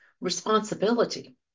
responsibility